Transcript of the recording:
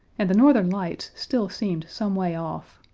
and the northern lights still seemed some way off.